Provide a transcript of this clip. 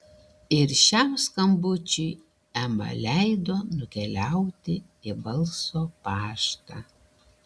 ir šiam skambučiui ema leido nukeliauti į balso paštą